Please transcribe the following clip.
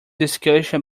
discussion